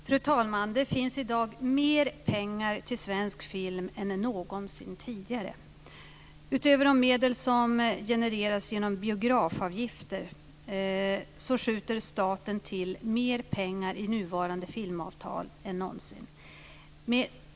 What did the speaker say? Fru talman! Det finns i dag mer pengar till svensk film än någonsin tidigare. Utöver de medel som genereras genom biografavgifter skjuter staten till mer pengar i nuvarande filmavtal än någonsin.